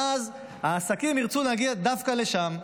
ואז העסקים ירצו להגיע דווקא לשם.